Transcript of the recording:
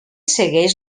segueix